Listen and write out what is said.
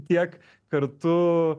tiek kartu